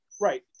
Right